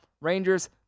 Rangers